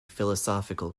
philosophical